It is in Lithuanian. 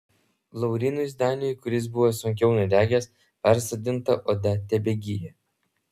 laurynui zdaniui kuris buvo sunkiau nudegęs persodinta oda tebegyja